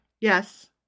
Yes